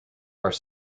are